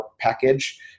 package